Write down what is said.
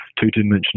two-dimensional